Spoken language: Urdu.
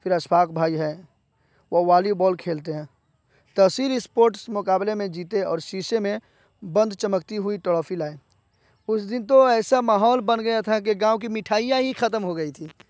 پھر اشفاق بھائی ہے وہ والی بال کھیلتے ہیں تشیر اسپورٹس مقابلے میں جیتے اور شیشے میں بند چمکتی ہوئی ٹرافی لائے اس دن تو ایسا ماحول بن گیا تھا کہ گاؤں کی مٹھائیاں ہی ختم ہو گئی تھیں